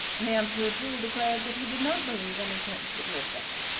and the absolute fool declared that he did not believe any prince would live there.